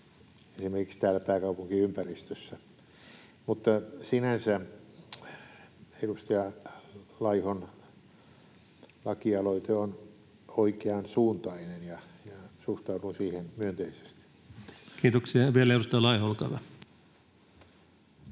esimerkiksi täällä pääkaupunkiympäristössä. Mutta sinänsä edustaja Laihon lakialoite on oikean suuntainen, ja suhtaudun siihen myönteisesti. [Speech 218] Speaker: